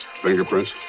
fingerprints